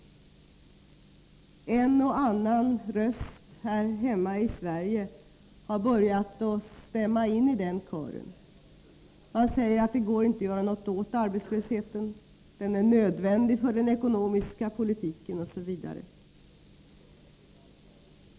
En och annan röst här hemma i Sverige har börjat att stämma in i den kören. Man säger att det inte går att göra någonting åt arbetslösheten, att den är nödvändig för den ekonomiska politiken osv.